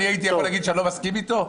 הייתי יכול להגיד שאני לא מסכים איתו?